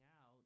out